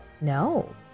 No